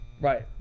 Right